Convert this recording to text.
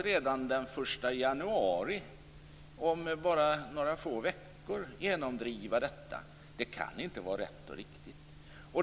Redan den 1 januari, om bara några få veckor, vill man genomdriva detta. Det kan inte vara rätt och riktigt.